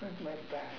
hurts my back